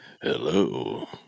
Hello